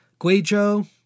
Guizhou